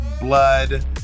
blood